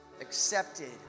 Accepted